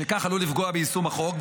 משכך הוא עלול לפגוע ביישום החוק,